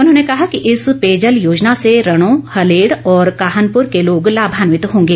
उन्होंने कहा कि इस पेयजल योजना से रणो हलेड़ और काहनपुर के लोग लाभान्वित होंगे